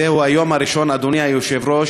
וזהו היום הראשון, אדוני היושב-ראש,